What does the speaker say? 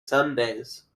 sundays